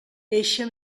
eixa